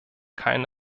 keinen